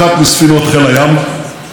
וג'וליאן,